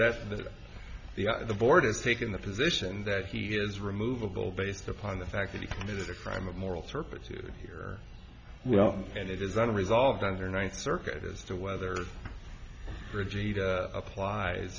that's that the board are taking the position that he is removable based upon the fact that he committed a crime of moral turpitude here well and it isn't resolved under ninth circuit as to whether bridgette applies